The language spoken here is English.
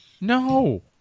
no